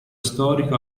storico